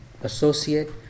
associate